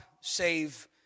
save